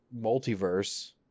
multiverse